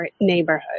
neighborhood